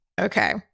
Okay